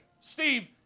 Steve